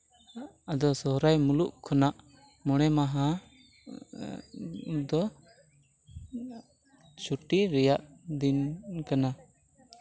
ᱟᱫᱚ ᱥᱚᱦᱚᱨᱟᱭ ᱢᱩᱞᱩᱜ ᱠᱷᱚᱱᱟᱜ ᱢᱚᱬᱮ ᱢᱟᱦᱟ ᱫᱚ ᱪᱷᱩᱴᱤ ᱨᱮᱭᱟᱜ ᱫᱤᱱ ᱠᱟᱱᱟ